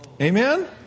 Amen